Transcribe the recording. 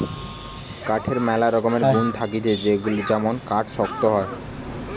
কাঠের ম্যালা রকমের গুন্ থাকতিছে যেমন কাঠ শক্ত হয়